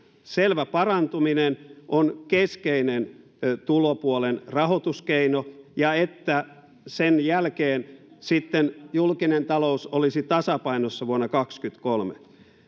selvä parantuminen on keskeinen tulopuolen rahoituskeino ja että sen jälkeen sitten julkinen talous olisi tasapainossa vuonna kaksikymmentäkolme